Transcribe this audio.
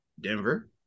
Denver